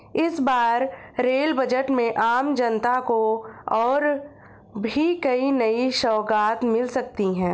इस बार rail budget में आम जनता को और भी कई नई सौगात मिल सकती हैं